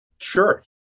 Sure